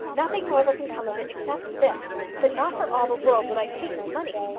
nothing, however, can come of it, except this that not for all the world would i take his money.